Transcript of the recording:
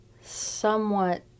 somewhat